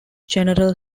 general